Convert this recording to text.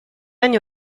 anni